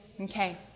Okay